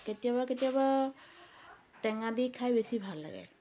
কেতিয়াবা কেতিয়াবা টেঙা দি খাই বেছি ভাল লাগে